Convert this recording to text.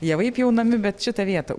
javai pjaunami bet šitą vietą